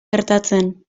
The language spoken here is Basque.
gertatzen